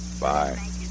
Bye